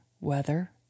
weather